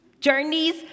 Journeys